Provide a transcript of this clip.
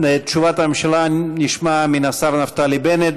את תשובת הממשלה נשמע מהשר נפתלי בנט,